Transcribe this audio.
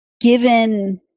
given